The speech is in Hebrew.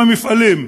המפעלים,